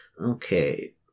Okay